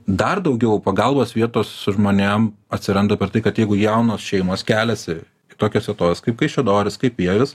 dar daugiau pagalbos vietos žmonėm atsiranda per tai kad jeigu jaunos šeimos keliasi į tokias vietoves kaip kaišiadorys kaip vievis